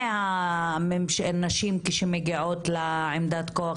והנשים כשמגיעות לעמדת כוח,